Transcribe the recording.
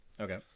Okay